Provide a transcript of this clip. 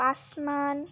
Paswan